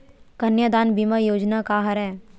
कन्यादान बीमा योजना का हरय?